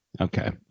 Okay